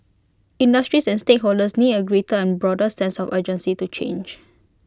industries and stakeholders need A greater and broader sense of urgency to change